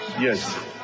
yes